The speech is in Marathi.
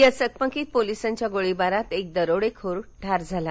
या चकमकीत पोलिसांच्या गोळीबारात एक दरोडेखोर ठार झाला